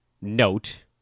note